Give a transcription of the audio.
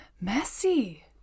messy